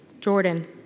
Jordan